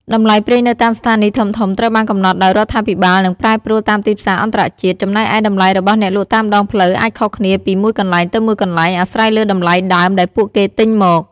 តម្លៃប្រេងនៅតាមស្ថានីយ៍ធំៗត្រូវបានកំណត់ដោយរដ្ឋាភិបាលនិងប្រែប្រួលតាមទីផ្សារអន្តរជាតិ ចំណែកឯតម្លៃរបស់អ្នកលក់តាមដងផ្លូវអាចខុសគ្នាពីមួយកន្លែងទៅមួយកន្លែង អាស្រ័យលើតម្លៃដើមដែលពួកគេទិញមក។